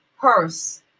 Purse